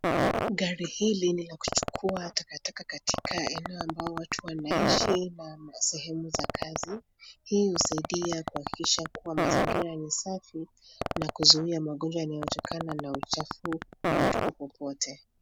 Gari hili ni la kuchukua takataka katika eneo ambao watu wanaishi na masehemu za kazi. Hii husaidia kuhakikisha kua mazingira ni safi, na kuzuia magonjwa yanayotokana na uchafu unaotupwa popote.